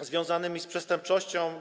związanymi z przestępczością.